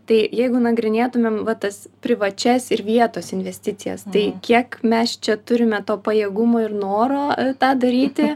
tai jeigu nagrinėtumėm va tas privačias ir vietos investicijas tai kiek mes čia turime to pajėgumo ir noro tą daryti